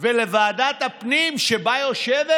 בוועדת הפנים, שבה יושבת